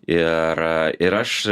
ir ir aš